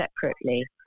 separately